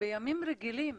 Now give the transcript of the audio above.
שבימים רגילים